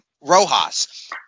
Rojas